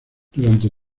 durante